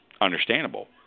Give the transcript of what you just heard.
understandable